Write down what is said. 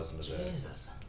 Jesus